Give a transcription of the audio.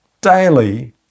daily